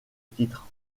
titre